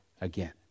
again